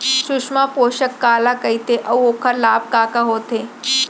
सुषमा पोसक काला कइथे अऊ ओखर लाभ का का होथे?